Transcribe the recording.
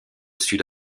sud